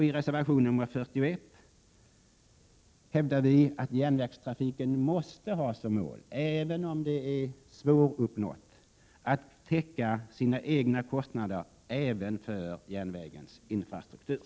I reservation 41 hävdas att järnvägstrafiken måste ha som mål, även om detta mål är svåruppnåeligt, att täcka sina egna kostnader, alltså även kostnaderna för järnvägens infrastruktur.